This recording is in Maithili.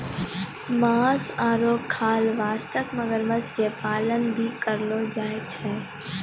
मांस आरो खाल वास्तॅ मगरमच्छ के पालन भी करलो जाय छै